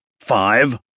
Five